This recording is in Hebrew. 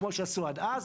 כמו שעשו עד אז,